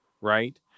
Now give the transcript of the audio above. Right